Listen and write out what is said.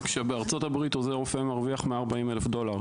בארצות-הברית עוזר רופא מרוויח 140 אלף דולר,